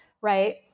right